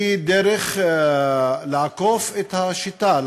הן דרך לעקוף את השיטה,